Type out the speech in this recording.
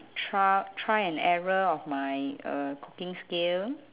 trial try and error of my uh cooking skill